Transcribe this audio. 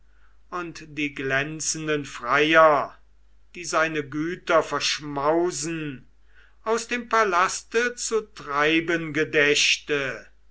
und die glänzenden freier die seine güter verschmausen aus dem palaste zu treiben gedächte